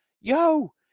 Yo